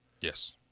Yes